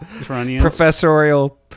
professorial